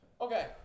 Okay